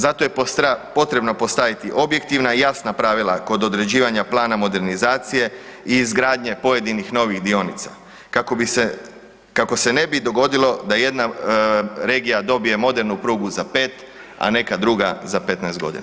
Zato je potrebno postaviti objektivna i jasna pravila kod određivanja plana modernizacije i izgradnje pojedinih novih dionica kako se ne bi dogodilo da jedna regija dobije modernu prugu za 5 a neka druga za 15 godina.